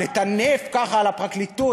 לטנף ככה על הפרקליטות,